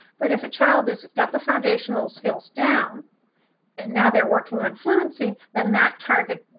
but if a child has got the foundational skills down and now they're working on fluency, then that target you